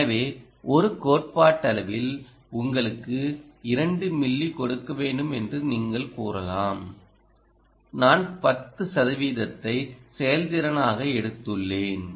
எனவே ஒரு கோட்பாட்டளவில் உங்களுக்கு 2 மில்லிகொடுக்க வேண்டும் என்று நீங்கள் கூறலாம் நான் 10 சதவிகிதத்தை செயல்திறனாக எடுத்துள்ளேன்